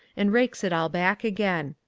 and rakes it all back again.